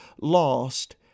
Lost